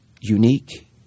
unique